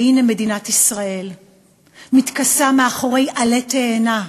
והנה מדינת ישראל מתכסה מאחורי עלה תאנה,